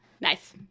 Nice